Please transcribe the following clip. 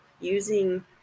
Using